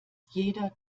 jeder